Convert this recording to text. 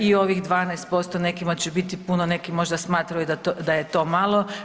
I ovih 12% nekima će biti puno, neki možda smatraju da je to malo.